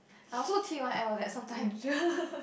I also T_Y_L got sometime